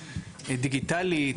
דיגיטלית,